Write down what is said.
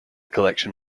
collection